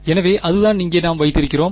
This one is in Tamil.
எனவே அதுதான் இங்கே நாம் வைத்திருக்கிறோம்